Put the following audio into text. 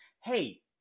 hey